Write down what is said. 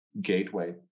gateway